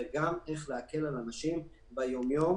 וגם איך להקל על אנשים ביום-יום,